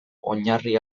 oinarri